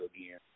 again